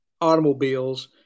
automobiles